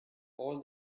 all